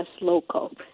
local